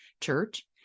church